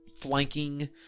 flanking